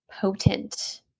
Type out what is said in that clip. Potent